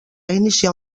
iniciar